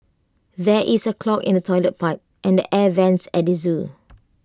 there is A clog in the Toilet Pipe and the air Vents at the Zoo